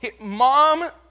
Mom